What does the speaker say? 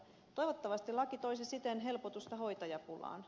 toivottavasti laki toisi siten helpotusta hoitajapulaan